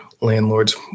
landlords